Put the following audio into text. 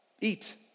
eat